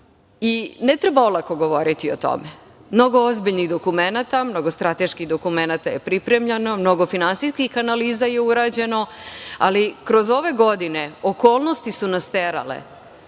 treba olako govoriti o tome. Mnogo ozbiljnih dokumenata, mnogo teških dokumenata je pripremljeno, mnogo finansijskih analiza je urađeno, ali kroz ove godine okolnosti su nas terale